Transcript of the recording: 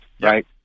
right